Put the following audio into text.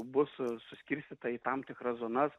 bus suskirstyta į tam tikras zonas